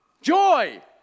Joy